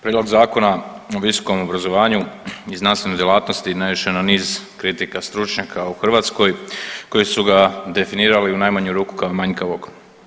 Prijedlog Zakona o visokom obrazovanju i znanstvenoj djelatnosti naišao je na niz kritika stručnjaka u Hrvatskoj koji su ga definirali u najmanju ruku kao manjkavog.